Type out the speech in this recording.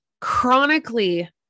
chronically